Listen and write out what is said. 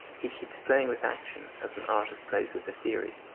he keeps playing with action as an artist plays with a theory.